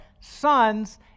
sons